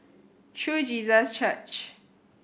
True Jesus Church